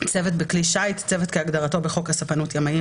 "צוות בכלי שיט" צוות כהגדרתו בחוק הספנות (ימאים),